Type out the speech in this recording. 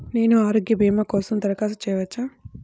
నేను ఆరోగ్య భీమా కోసం దరఖాస్తు చేయవచ్చా?